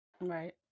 Right